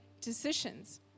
decisions